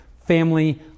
family